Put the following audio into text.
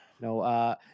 No